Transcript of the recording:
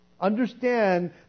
Understand